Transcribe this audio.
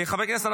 חברי הכנסת,